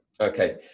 okay